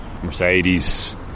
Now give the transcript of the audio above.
Mercedes